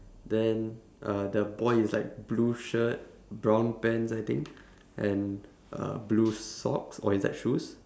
then uh the boy is like blue shirt brown pants I think and uh blue socks or is that shoes